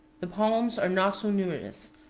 the palms are not so numerous,